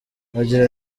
agira